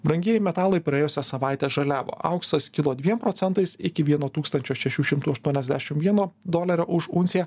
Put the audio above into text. brangieji metalai praėjusią savaitę žaliavo auksas kilo dviem procentais iki vieno tūkstančio šešių šimtų aštuoniasdešim vieno dolerio už unciją